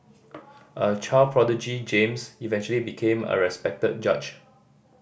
a child prodigy James eventually became a respected judge